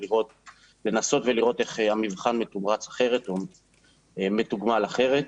לנסות ולראות איך המבחן מתומרץ אחרת או מתוגמל אחרת.